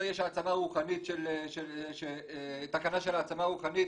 יש תקנה של העצמה רוחנית